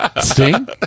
Sting